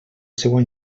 seua